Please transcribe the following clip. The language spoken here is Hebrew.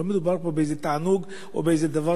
לא מדובר פה באיזה תענוג או באיזה דבר